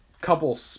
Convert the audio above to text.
couple